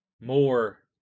more